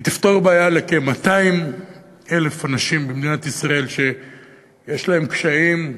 היא תפתור בעיה לכ-200,000 אנשים במדינת ישראל שיש להם קשיים,